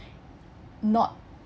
not